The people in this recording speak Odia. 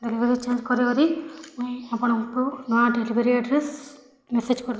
ଡେଲିଭରୀ ଚେଞ୍ଜ୍ କରିକରି ମୁଇଁ ଆପଣଙ୍କୁ ନୂଆ ଡେଲିଭରୀ ଆଡ୍ରେସ୍ ମେସେଜ୍ କରିଦେମି